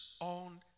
on